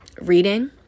reading